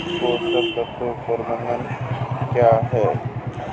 पोषक तत्व प्रबंधन क्या है?